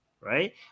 right